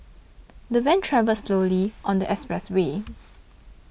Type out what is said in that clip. the van travelled slowly on the expressway